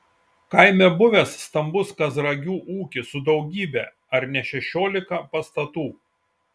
kaime buvęs stambus kazragių ūkis su daugybe ar ne šešiolika pastatų